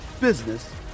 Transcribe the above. business